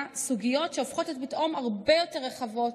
סוגיות שהופכות להיות פתאום הרבה יותר רחבות,